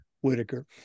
Whitaker